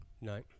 No